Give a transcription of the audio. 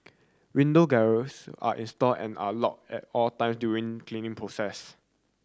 window grilles are installed and are lock at all time during cleaning process